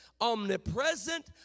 omnipresent